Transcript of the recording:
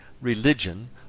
religion